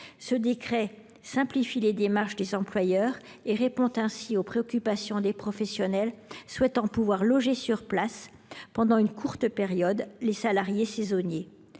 Ce décret simplifie les démarches des employeurs. Il répond ainsi aux préoccupations des professionnels souhaitant pouvoir loger sur place les salariés saisonniers